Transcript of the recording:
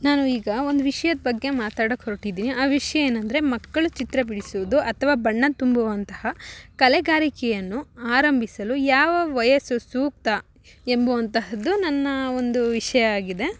ನಾನು ಈಗ ಒಂದು ವಿಷ್ಯದ ಬಗ್ಗೆ ಮಾತಾಡೊಕೆ ಹೊರಟಿದಿನಿ ಆ ವಿಷಯ ಏನಂದರೆ ಮಕ್ಳು ಚಿತ್ರ ಬಿಡಿಸೋದು ಅಥ್ವ ಬಣ್ಣ ತುಂಬುವಂತಹ ಕಲೆಗಾರಿಕೆಯನ್ನು ಆರಂಭಿಸಲು ಯಾವ ವಯಸ್ಸು ಸೂಕ್ತ ಎಂಬುವಂತಹದ್ದು ನನ್ನ ಒಂದು ವಿಷಯ ಆಗಿದೆ